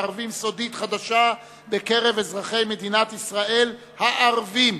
מסתערבים סודית חדשה בקרב אזרחי מדינת ישראל הערבים.